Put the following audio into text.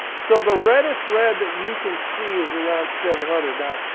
so the reddest red that you can see is around seven hundred. now,